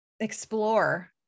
explore